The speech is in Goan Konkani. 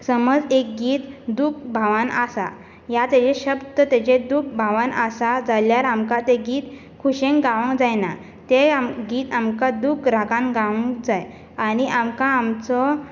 समज एक गीत दुख्ख भावांत आसा या तेचे शब्द तेचे दुख्ख भावांत आसात जाल्यार आमकां ते गीत खोशयेन गावोंक जायना ते गीत आमकां दुख्ख रागांत गावोंक जाय आनी आमकां आमचो